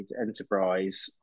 enterprise